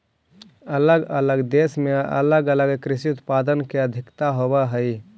अलग अलग देश में अलग अलग कृषि उत्पाद के अधिकता होवऽ हई